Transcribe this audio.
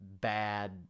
bad